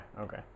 Okay